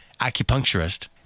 acupuncturist